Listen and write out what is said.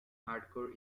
hardcore